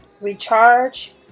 recharge